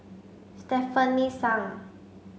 Stefanie Sun